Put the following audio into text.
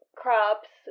crops